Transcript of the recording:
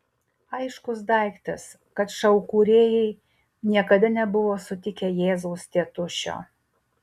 aiškus daiktas kad šou kūrėjai niekada nebuvo sutikę jėzaus tėtušio